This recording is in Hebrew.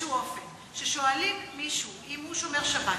באיזשהו אופן ששואלים מישהו אם הוא שומר שבת,